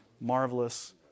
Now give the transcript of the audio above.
marvelous